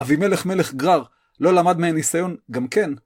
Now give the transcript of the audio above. אבי-מלך מלך גרר, לא למד מהניסיון, גם כן.